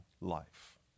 life